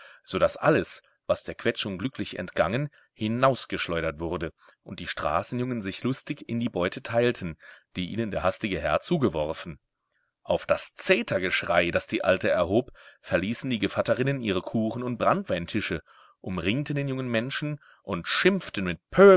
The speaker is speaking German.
daß alles was der quetschung glücklich entgangen hinausgeschleudert wurde und die straßenjungen sich lustig in die beute teilten die ihnen der hastige herr zugeworfen auf das zetergeschrei das die alte erhob verließen die gevatterinnen ihre kuchen und branntweintische umringten den jungen menschen und schimpften mit